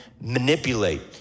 manipulate